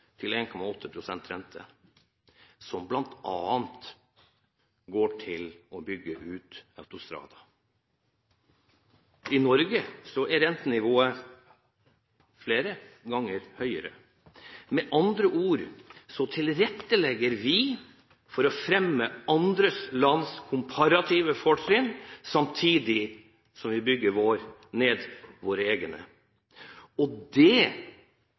rente – som bl.a. går til å bygge ut autostradaer. I Norge er rentenivået flere ganger høyere. Med andre ord: Vi tilrettelegger for å fremme andre lands komparative fortrinn, samtidig som vi bygger ned våre egne. Og